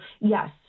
yes